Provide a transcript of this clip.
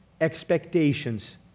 expectations